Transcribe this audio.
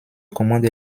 commande